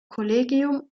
kollegium